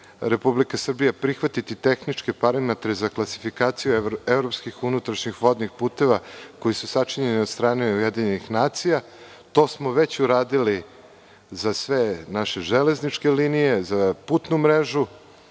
Republika Srbija prihvatiti tehničke parametre za klasifikaciju evropskih unutrašnjih vodnih puteva koji su sačinjeni od strane UN. To smo već uradili za sve naše železničke linije, za putnu mrežu.